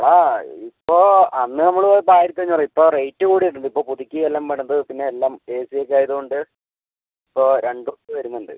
എടാ ഇപ്പോൾ അന്ന് നമ്മൾ പോയപ്പോൾ ആയിരത്തി അഞ്ഞൂറ് ഇപ്പം റേറ്റ് കൂടിയിട്ടുണ്ട് ഇപ്പം പുതുക്കിയെല്ലം പണിത് പിന്നെ എല്ലാം എ സി ഒക്കെ ആയത്കൊണ്ട് ഇപ്പോൾ രണ്ട് റുപ്യ വരുന്നുണ്ട്